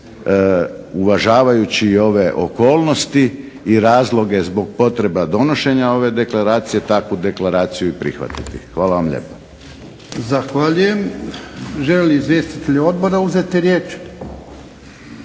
uvažavajući i ove okolnosti i razloge zbog potreba donošenja ove deklaracije takvu deklaraciju i prihvatiti. Hvala vam lijepa. **Jarnjak, Ivan (HDZ)** Zahvaljujem. Želi li izvjestitelj odbora uzeti riječ?